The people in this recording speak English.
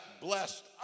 blessed